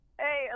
hey